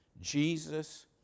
Jesus